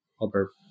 over